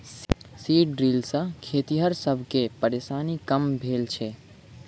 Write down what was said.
seed drill सॅ खेतिहर सब के परेशानी कम भेल छै